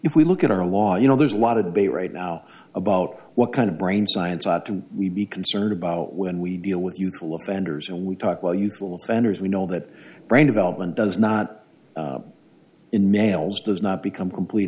if we look at our law you know there's a lot of debate right now about what kind of brain science ought to we be concerned about when we deal with youthful offenders and we talk well youthful offenders we know that brain development does not in males does not become complete